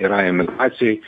yra emigracijoj